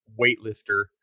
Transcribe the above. weightlifter